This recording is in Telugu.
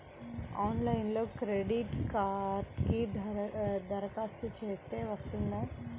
ఆన్లైన్లో క్రెడిట్ కార్డ్కి దరఖాస్తు చేస్తే వస్తుందా?